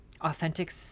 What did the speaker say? authentic